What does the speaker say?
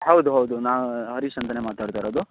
ಹೌದು ಹೌದು ನಾವು ಹರೀಶ್ ಅಂತಲೇ ಮಾತಾಡ್ತಾ ಇರೋದು